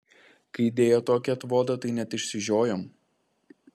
kai dėjo tokį atvodą tai net išsižiojom